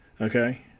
Okay